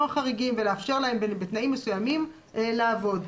חריגים ולאפשר להם בתנאים מסוימים לעבוד.